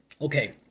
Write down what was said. Okay